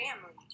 family